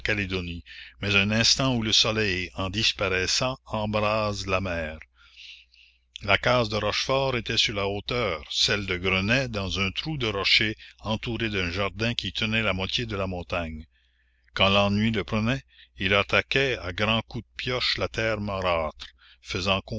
calédonie mais un instant où le soleil en disparaissant embrase la mer la case de rochefort était sur la hauteur celle de grenet dans un trou de rocher entourée d'un jardin qui tenait la moitié de la montagne quand l'ennui le prenait il attaquait à grands coups de pioche la terre marâtre faisant